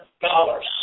dollars